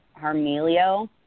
Harmelio